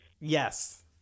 Yes